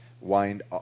wind